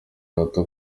gato